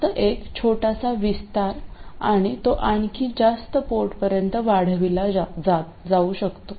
फक्त एक छोटासा विस्तार आणि तो आणखी जास्त पोर्टपर्यंत वाढविला जाऊ शकतो